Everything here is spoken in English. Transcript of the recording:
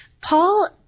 Paul